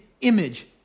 image